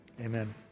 amen